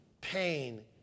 pain